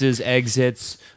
exits